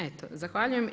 Eto zahvaljujem.